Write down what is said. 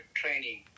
training